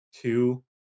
two